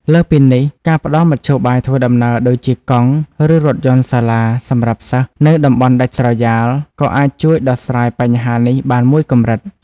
លើសពីនេះ ការផ្តល់មធ្យោបាយធ្វើដំណើរដូចជាកង់ ឬរថយន្តសាលាសម្រាប់សិស្សនៅតំបន់ដាច់ស្រយាលក៏អាចជួយដោះស្រាយបញ្ហានេះបានមួយកម្រិត។